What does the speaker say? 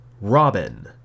Robin